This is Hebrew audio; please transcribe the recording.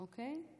אוקיי?